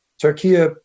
turkey